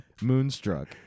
Moonstruck